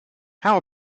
how